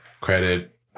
Credit